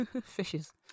Fishes